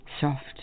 soft